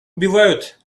убивают